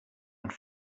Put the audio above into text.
und